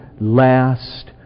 last